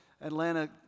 Atlanta